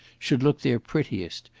should look their prettiest,